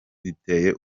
riteye